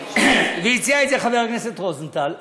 והציע את זה חבר הכנסת רוזנטל.